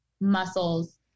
muscles